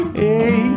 hey